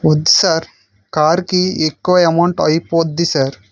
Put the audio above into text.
వద్దు సార్ కార్కి ఎక్కువ అమౌంట్ అయిపోద్ది సార్